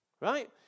Right